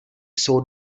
jsou